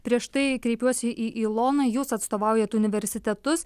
prieš tai kreipiuosi į iloną jūs atstovaujate universitetus